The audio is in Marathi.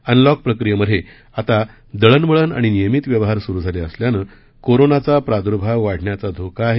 अनलॉक प्रक्रियेमधे आता दळणवळण आणि नियमित व्यवहार सुरु झाले असल्यानं कोरोनाचा प्रादूर्भाव वाढण्याचा धोका आहे